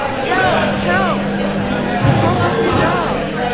help! help! called out bert. call off your dog!